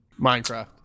minecraft